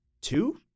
two